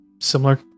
similar